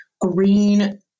green